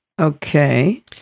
Okay